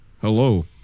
hello